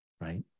right